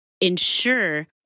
ensure